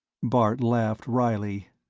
bart laughed wryly.